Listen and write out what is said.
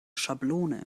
schablone